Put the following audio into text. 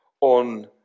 on